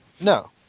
No